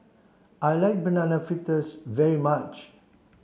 I like banana fritters very much